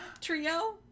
Trio